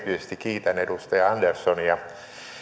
kiitän edustaja anderssonia